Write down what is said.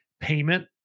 Payment